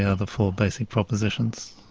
yeah the four basic propositions.